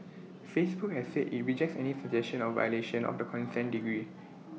Facebook has said IT rejects any suggestion of violation of the consent decree